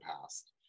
past